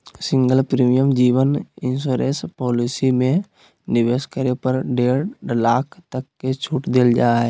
single premium जीवन insurance policy में निवेश करे पर डेढ़ लाख तक के छूट देल जा हइ